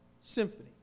symphony